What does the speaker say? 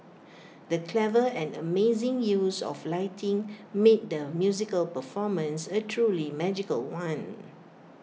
the clever and amazing use of lighting made the musical performance A truly magical one